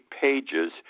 pages